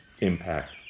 Impact